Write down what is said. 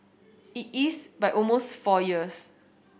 it is by almost four years